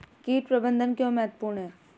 कीट प्रबंधन क्यों महत्वपूर्ण है?